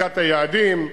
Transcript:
בדיקת היעדים,